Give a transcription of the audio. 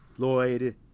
Lloyd